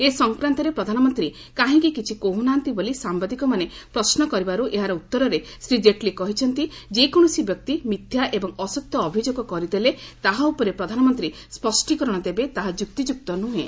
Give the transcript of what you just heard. ଏ ସଂକ୍ରାନ୍ତରେ ପ୍ରଧାନମନ୍ତ୍ରୀ କାହିଁକି କିଛି କହୁ ନାହାନ୍ତି ବୋଲି ସାମ୍ଭାଦିକମାନେ ପ୍ରଶ୍ନ କରିବାରୁ ଏହାର ଉତ୍ତରରେ ଶ୍ରୀ ଜେଟ୍ଲୀ କହିଛନ୍ତି ଯେକୌଣସି ବ୍ୟକ୍ତି ମିଥ୍ୟା ଏବଂ ଅସତ୍ୟ ଅଭିଯୋଗ କରିଦେଲେ ତାହା ଉପରେ ପ୍ରଧାନମନ୍ତ୍ରୀ ସଙ୍କୀକରଣ ଦେବେ ତାହା ଯୁକ୍ତିଯୁକ୍ତ ନୁହେଁ